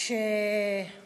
כאשר